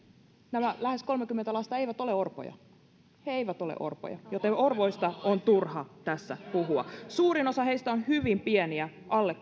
nämä lähes kolmekymmentä lasta eivät ole orpoja he eivät ole orpoja joten orvoista on turha tässä puhua suurin osa heistä on hyvin pieniä alle